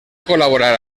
col·laborar